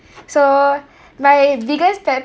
so my biggest pet